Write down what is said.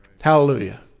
Hallelujah